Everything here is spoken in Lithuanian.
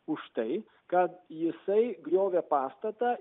už tai kad jisai griovė pastatą